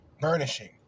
burnishing